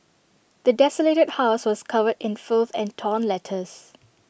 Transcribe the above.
the desolated house was covered in filth and torn letters